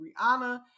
Rihanna